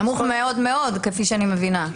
נמוך מאוד מאוד, כפי שאני מבינה.